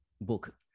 book